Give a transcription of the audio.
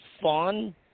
fun